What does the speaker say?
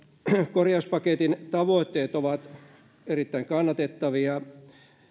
korjauspaketin tavoitteet ovat erittäin kannatettavia